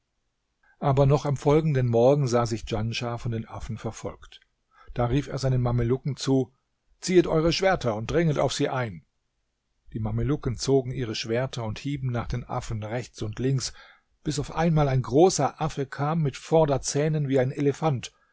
aber noch am folgenden morgen sah sich djanschah von den affen verfolgt da rief er seinen mamelucken zu ziehet eure schwerter und dringet auf sie ein die mamelucken zogen ihre schwerter und hieben nach den affen rechts und links bis auf einmal ein großer affe kam mit vorderzähnen wie ein elefant